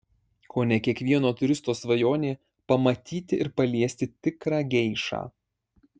kone kiekvieno turisto svajonė pamatyti ir paliesti tikrą geišą